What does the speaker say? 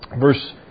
Verse